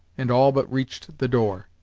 and all but reached the door.